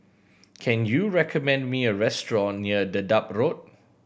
can you recommend me a restaurant near Dedap Road